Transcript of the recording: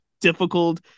difficult